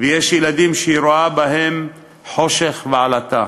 ויש ילדים שהיא רואה בהם חושך ועלטה.